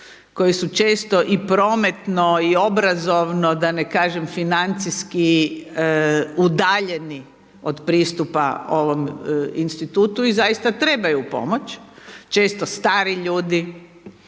koji su često i prometno i obrazovno, da ne kažem financijski udaljeni od pristupa ovom institutu i zaista trebaju pomoć, često stari ljudi.